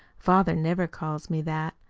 father never calls me that.